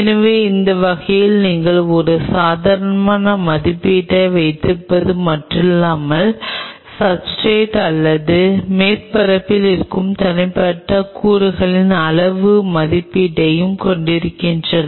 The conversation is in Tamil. எனவே அந்த வகையில் நீங்கள் ஒரு தரமான மதிப்பீட்டை வைத்திருப்பது மட்டுமல்லாமல் சப்ஸ்ர்டேட் அல்லது மேற்பரப்பில் இருக்கும் தனிப்பட்ட கூறுகளின் அளவு மதிப்பீட்டையும் கொண்டிருக்கிறீர்கள்